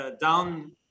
down